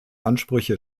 ansprüche